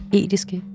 etiske